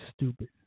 stupid